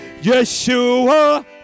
Yeshua